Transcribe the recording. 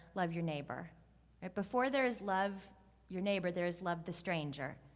love your neighbor. and before there is love your neighbor, there is love the stranger.